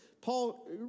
Paul